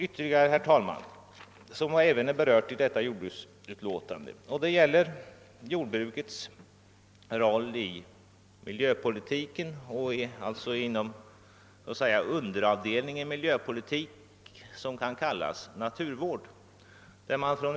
Ytterligare en fråga som berörts i förevarande utlåtande är jordbrukets roll inom miljövårdspolitiken och den underavdelning av denna som naturvården utgör.